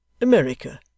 America